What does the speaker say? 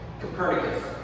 Copernicus